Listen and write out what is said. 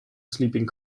sleeping